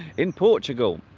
in portugal